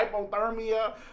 hypothermia